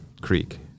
creek